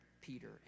Peter